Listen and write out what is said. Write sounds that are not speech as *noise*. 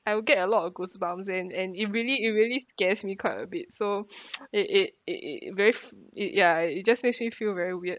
I will get a lot of goosebumps and and it really it really scares me quite a bit so *breath* *noise* it it it it it very f~ it ya it just makes me feel very weird